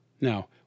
Now